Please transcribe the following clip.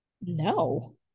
no